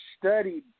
Studied